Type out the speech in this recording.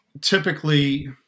Typically